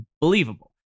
believable